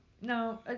No